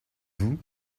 vous